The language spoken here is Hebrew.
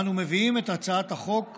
אנו מביאים את הצעת הווק השלמה.